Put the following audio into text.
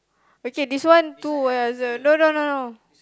okay this one two of us answer no no no no